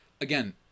Again